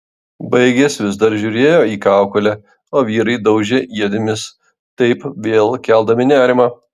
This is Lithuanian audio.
baigęs vis dar žiūrėjo į kaukolę o vyrai daužė ietimis taip vėl keldami nerimą